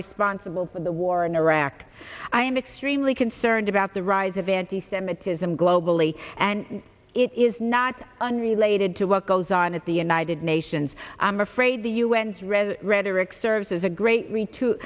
responsible for the war in iraq i am extremely concerned about the rise of anti semitism globally and it is not unrelated to work goes on at the united nations i'm afraid the un's red rhetoric serves as a great read to